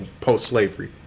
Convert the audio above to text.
post-slavery